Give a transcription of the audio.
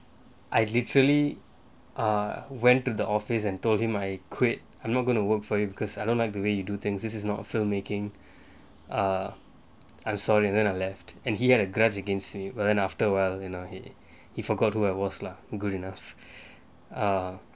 I literally ah went to the office and told him I quit I'm not going to work for you because I don't like the way you do things this is not filmmaking err I'm sorry then I left and he had a grudge against me after a while you know he he forgot who I was lah good enough ah